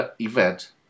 event